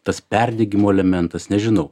tas perdegimo elementas nežinau